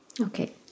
Okay